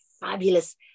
fabulous